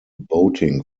boating